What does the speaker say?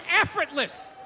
effortless